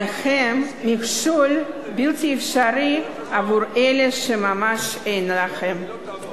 אבל הם מכשול בלתי אפשרי עבור אלה שממש אין להם.